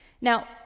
Now